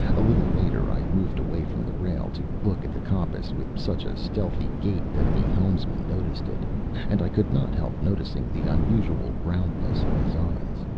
a little later i moved away from the rail to look at the compass with such a stealthy gait that the helmsman noticed it and i could not help noticing the unusual roundness of his eyes.